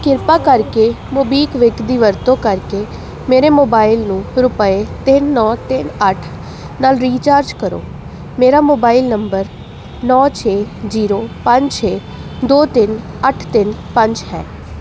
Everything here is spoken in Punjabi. ਕਿਰਪਾ ਕਰਕੇ ਮੋਬੀਕਵਿਕ ਦੀ ਵਰਤੋਂ ਕਰਕੇ ਮੇਰੇ ਮੋਬਾਈਲ ਨੂੰ ਰੁਪਏ ਤਿੰਨ ਨੌ ਤਿੰਨ ਅੱਠ ਨਾਲ ਰੀਚਾਰਜ ਕਰੋ ਮੇਰਾ ਮੋਬਾਈਲ ਨੰਬਰ ਨੌ ਛੇ ਜੀਰੋ ਪੰਜ ਛੇ ਦੋ ਤਿੰਨ ਅੱਠ ਤਿੰਨ ਪੰਜ ਹੈ